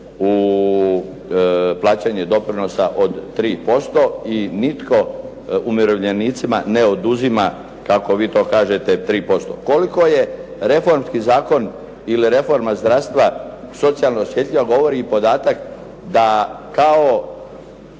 u plaćanje doprinosa od 3%. I nitko umirovljenicima ne oduzima kako vi to kažete 3%. Koliko je reformski zakon ili reforma zdravstva socijalno osjetljiva govori i podatak da kao